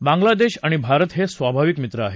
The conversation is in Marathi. बांगलादेश आणि भारत हे स्वाभाविक मित्र आहेत